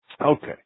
Okay